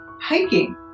hiking